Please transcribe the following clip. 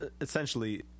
essentially